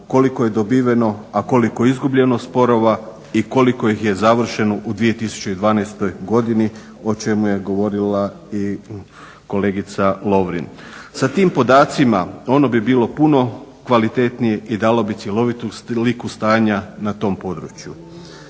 koliko je dobiveno, a koliko izgubljeno sporova i koliko ih je završeno u 2012.godini o čemu je govorila i kolegica Lovrin. Sa tim podacima ono bi bilo puno kvalitetnije i dalo bi cjelovitu sliku stanja na tom području.